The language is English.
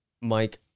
Mike